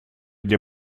для